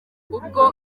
ubwo